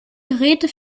geräte